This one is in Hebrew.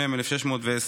מ/1610,